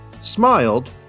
smiled